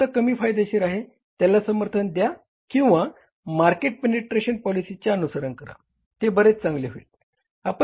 कोणता कमी फायदेशीर आहे त्याला समर्थन द्या किंवा मार्केट पेनिट्रेशन पॉलीसिचे अनुसरण करा ते बरेच चांगले होईल